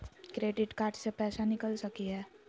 Credit card से पैसा निकल सकी हय?